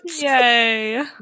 Yay